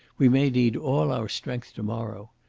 we may need all our strength to-morrow.